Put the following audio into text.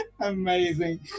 Amazing